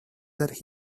that